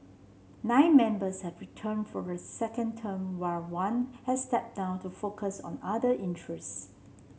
nine members have returned for a second term while one has stepped down to focus on other interests